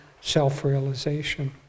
self-realization